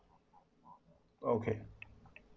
okay